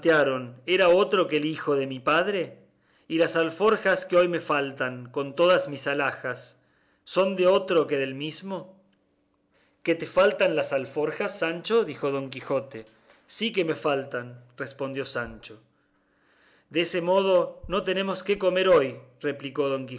era otro que el hijo de mi padre y las alforjas que hoy me faltan con todas mis alhajas son de otro que del mismo que te faltan las alforjas sancho dijo don quijote sí que me faltan respondió sancho dese modo no tenemos qué comer hoy replicó don quijote